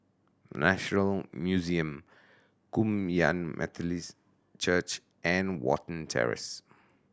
National Museum Kum Yan Methodist Church and Watten Terrace